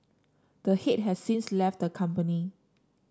the head has since left the company